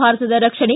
ಭಾರತದ ರಕ್ಷಣೆ